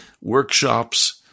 workshops